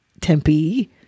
Tempe